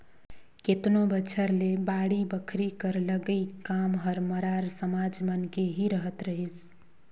केतनो बछर ले बाड़ी बखरी कर लगई काम हर मरार समाज मन के ही रहत रहिस